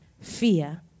fear